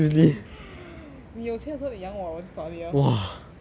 你有钱的时候你养我我就 solid lor